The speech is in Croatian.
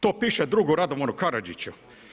To piše drugu Radovanu Karadžiću.